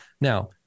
Now